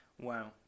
Wow